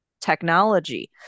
technology